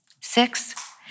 Six